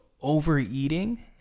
overeating